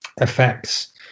effects